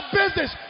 business